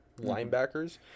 linebackers